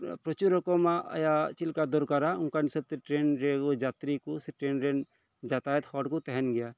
ᱯᱨᱚᱪᱩᱨ ᱨᱚᱠᱚᱢᱟᱜ ᱟᱭᱟᱜ ᱪᱮᱫ ᱞᱮᱠᱟ ᱫᱚᱨᱠᱟᱨ ᱚᱱᱠᱟ ᱦᱤᱥᱟᱹᱵᱽ ᱛᱮ ᱴᱨᱮᱱ ᱨᱮᱠᱚ ᱡᱟᱛᱛᱨᱤ ᱠᱚ ᱥᱮ ᱴᱨᱮᱱ ᱨᱮᱱ ᱡᱟᱛᱟᱭᱟᱛ ᱦᱚᱲ ᱠᱚ ᱛᱟᱦᱮᱱ ᱜᱮᱭᱟ